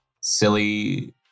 silly